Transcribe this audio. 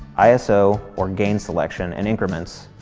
iso or gain selection and increments,